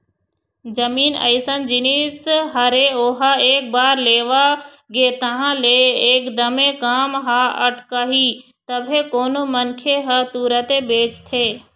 जमीन अइसन जिनिस हरे ओहा एक बार लेवा गे तहाँ ले एकदमे काम ह अटकही तभे कोनो मनखे ह तुरते बेचथे